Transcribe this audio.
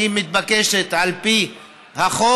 הוא מתבקש על פי החוק,